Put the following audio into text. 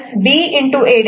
A'